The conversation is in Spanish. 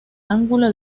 ángulo